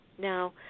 Now